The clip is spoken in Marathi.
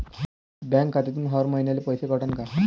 बँक खात्यातून हर महिन्याले पैसे कटन का?